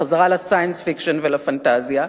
בחזרה ל-science fiction ולפנטזיה,